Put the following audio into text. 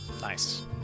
nice